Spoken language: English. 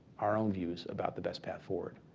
our own views about the best path forward?